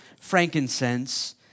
frankincense